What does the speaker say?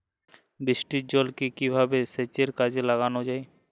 বৃষ্টির জলকে কিভাবে সেচের কাজে লাগানো যায়?